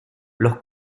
leur